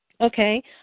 Okay